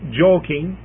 joking